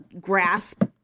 grasp